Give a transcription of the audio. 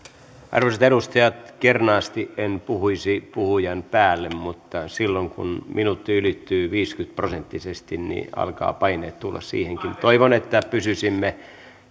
arvoisat edustajat kernaasti en puhuisi puhujan päälle mutta silloin kun minuutti ylittyy viisikymmentä prosenttisesti alkavat paineet tulla siihenkin toivon että pysyisimme